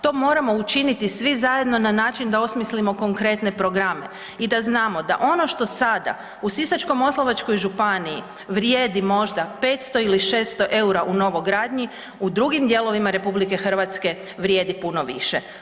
To moramo učiniti svi zajedno na način da osmislimo konkretne programe i da znamo da ono što sada u Sisačko-moslavačkoj županiji vrijedi možda 500 ili 600 eura u novogradnji, u drugim dijelovima RH vrijedi puno više.